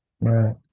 Right